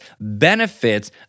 benefits